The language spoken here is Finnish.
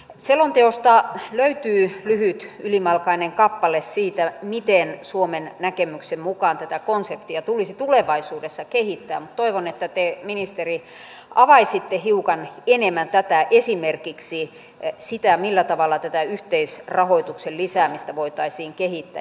selonteosta löytyy lyhyt ylimalkainen kappale siitä miten suomen näkemyksen mukaan tätä konseptia tulisi tulevaisuudessa kehittää mutta toivon että te ministeri avaisitte hiukan enemmän tätä esimerkiksi sitä millä tavalla tätä yhteisrahoituksen lisäämistä voitaisiin kehittää